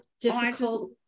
difficult